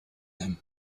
him